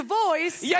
voice